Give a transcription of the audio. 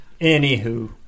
anywho